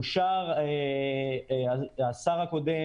השר הקודם,